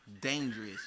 dangerous